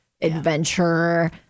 adventure